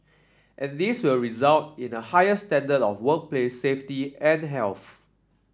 and this will result in a higher standard of workplace safety and health